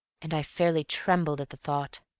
and i fairly trembled at the thought.